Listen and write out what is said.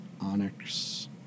onyx